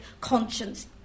conscience